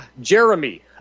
Jeremy